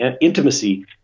intimacy